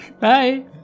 bye